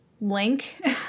link